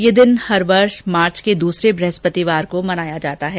यह दिन हर वर्ष मार्च के दूसरे ब्रहस्पतिवार को मनाया जाता है